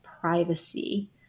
privacy